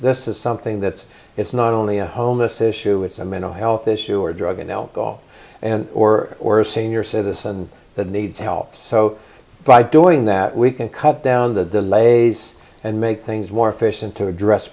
this is something that it's not only a homeless issue it's a mental health issue or drug and alcohol and or or a senior citizen that needs help so by doing that we can cut down the delays and make things more efficient to address